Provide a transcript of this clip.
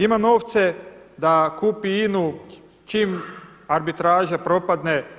Ima novce da kupi INA-u čim arbitraža propadne.